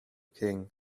king